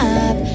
up